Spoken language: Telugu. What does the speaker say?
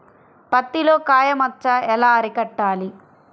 పత్తిలో కాయ మచ్చ ఎలా అరికట్టాలి?